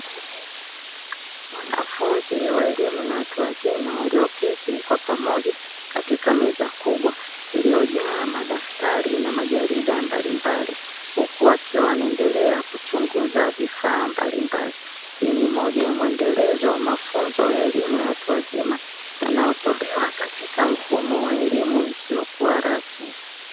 Wanafunzi wa elimu ya watu wazima walioketi kwa pamoja katika meza kubwa iliyojaa madaftari na majarida mbalimbali, huku wakiwa wanaendelea kuchunguza vifaa mbalimbali; hii ni moja ya mwendelezo wa mafunzo ya elimu ya watu wazima yanayotolewa katika mfumo wa elimu isiyokuwa rasmi.